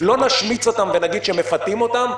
לא נשמיץ אותם ונגיד שמפתים אותם,